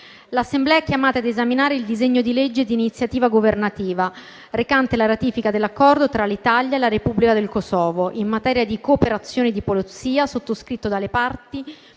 L'Assemblea è chiamata ed esaminare il disegno di legge di iniziativa governativa recante la ratifica dell'Accordo tra l'Italia e la Repubblica del Kosovo in materia di cooperazione di polizia, sottoscritto dalle parti